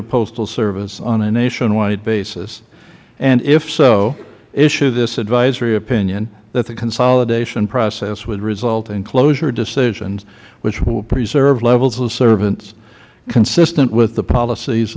of postal service on a nationwide basis and if so issue this advisory opinion that the consolidation process would result in closure decisions which will preserve levels of service consistent with the policies